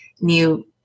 new